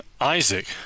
Isaac